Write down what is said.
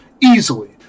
easily